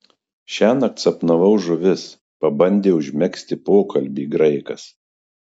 šiąnakt sapnavau žuvis pabandė užmegzti pokalbį graikas